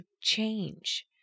change